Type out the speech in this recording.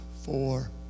four